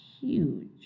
huge